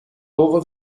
over